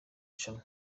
rushanwa